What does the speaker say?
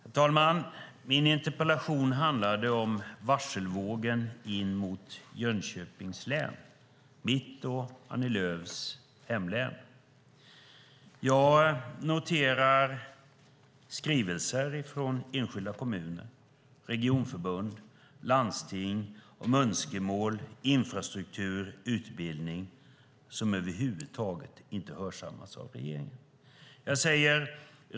Herr talman! Min interpellation handlade om varselvågen in mot Jönköpings län, mitt och Annie Lööfs hemlän. Jag noterar skrivelser från enskilda kommuner, regionförbund och landsting om önskemål, infrastruktur och utbildning som över huvud taget inte hörsammats av regeringen.